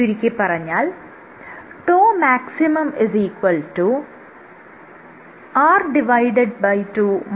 ചുരുക്കിപ്പറഞ്ഞാൽ τmax r2